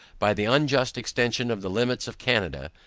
by the unjust extension of the limits of canada,